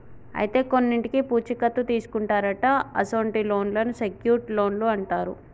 అయితే కొన్నింటికి పూచీ కత్తు తీసుకుంటారట అసొంటి లోన్లను సెక్యూర్ట్ లోన్లు అంటారు